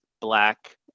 black